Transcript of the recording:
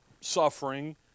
suffering